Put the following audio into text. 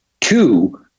two